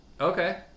okay